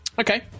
Okay